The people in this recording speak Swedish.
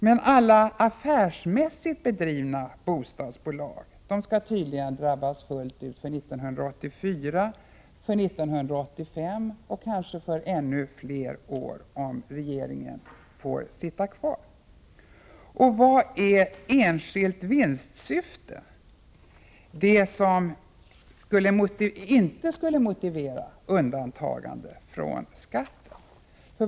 Men alla affärsmässigt bedrivna bostadsbolag skall tydligen drabbas fullt ut för 1984, för 1985 och kanske för ännu fler år om regeringen får sitta kvar. Och vad är ”enskilt vinstsyfte”, det som inte skulle motivera undantagande från skatten?